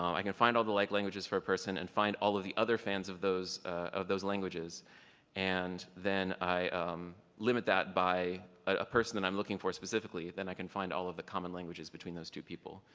um i can find all the like languages for a person and find all of the other fans of those of those languages and then i limit that by a person that i'm looking for specifically, then i can find all the common languages between those two people.